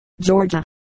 Georgia